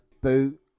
Boot